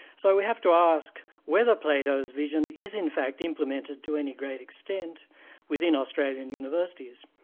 so we have to ask whether plato's vision is in fact implemented to any great extent within australian universities,